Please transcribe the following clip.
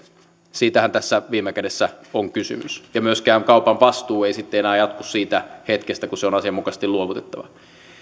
siitähän tässä viime kädessä on kysymys myöskään kaupan vastuu ei sitten enää jatku siitä hetkestä kun se on asianmukaisesti luovutettava